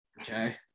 Okay